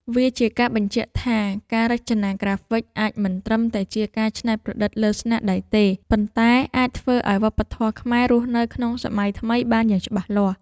វាជាការបញ្ជាក់ថា ការរចនាក្រាហ្វិកអាចមិនត្រឹមតែជាការច្នៃប្រឌិតលើស្នាដៃទេ ប៉ុន្តែអាចធ្វើឲ្យវប្បធម៌ខ្មែររស់នៅក្នុងសម័យថ្មីបានយ៉ាងច្បាស់លាស់។